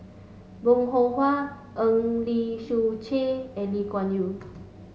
Bong Hiong Hwa Eng Lee Seok Chee and Lee Kuan Yew